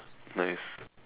nice